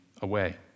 away